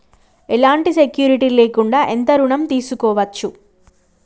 ఎలాంటి సెక్యూరిటీ లేకుండా ఎంత ఋణం తీసుకోవచ్చు?